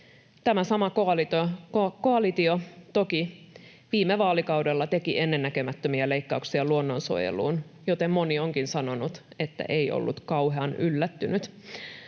Tämä sama koalitio toki viime vaalikaudella teki ennennäkemättömiä leikkauksia luonnonsuojeluun, joten moni onkin sanonut, että ei ollut kauhean yllättynyt.